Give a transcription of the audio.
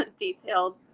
detailed